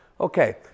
Okay